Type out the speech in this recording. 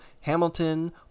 Hamilton